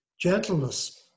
Gentleness